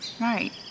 Right